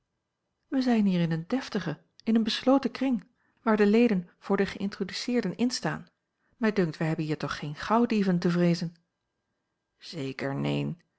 wij zijn hier in een deftigen in een besloten kring waar de leden voor de geïntroduceerden instaan mij dunkt wij hebben hier toch geene gauwdieven te vreezen zeker neen